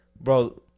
Bro